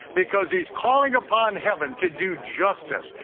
because he's calling upon heaven to do justice,